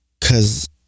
Cause